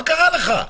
מה קרה לך?